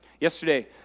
Yesterday